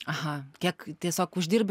aha kiek tiesiog uždirbi